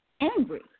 angry